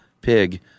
pig